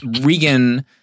Regan